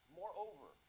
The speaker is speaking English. moreover